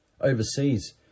Overseas